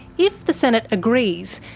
if the senate agrees,